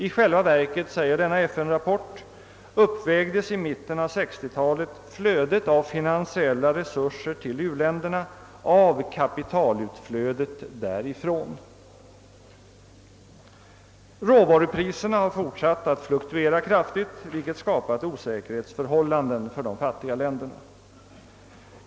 I själva verket, säger denna FN-rapport, uppvägdes i mitten av 1960-talet flödet av finansiella resurser till u-länderna av kapitalutflödet därifrån. Råvarupriserna har fortsatt att fluktuera kraftigt, vilket skapat osäkerhetsförhållanden för de fattiga länderna.